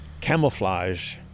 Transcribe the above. camouflage